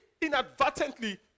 inadvertently